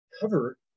cover